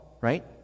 right